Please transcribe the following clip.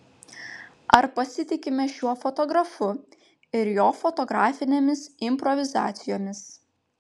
ar pasitikime šiuo fotografu ir jo fotografinėmis improvizacijomis